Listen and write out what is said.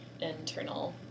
internal